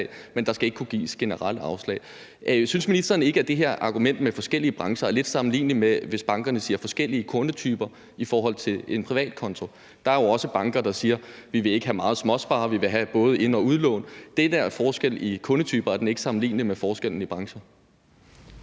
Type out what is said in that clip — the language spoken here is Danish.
Men der skal ikke kunne gives generelt afslag. Synes ministeren ikke, at det her argument med forskellige brancher er lidt sammenligneligt med, at bankerne taler om forskellige kundetyper i forhold til en privatkonto. Der er også banker, der siger, at de ikke vil have småsparere, og at de vil have både ind- og udlån. Er det, at der er forskel i kundetyper, ikke sammenligneligt med forskellen i brancher?